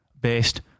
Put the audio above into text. based